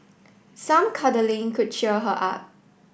some cuddling could cheer her up